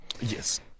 Yes